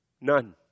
None